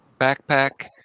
backpack